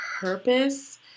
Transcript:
purpose